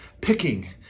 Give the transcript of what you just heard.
picking